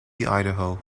idaho